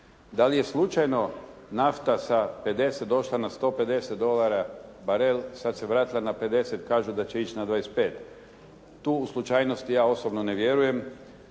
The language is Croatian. Da li je slučajno nafta sa 50 došla 150 dolara barel, sad se vratila na 50, kažu da će ići na 25? Tu u slučajnost ja osobno ne vjerujem,